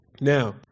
Now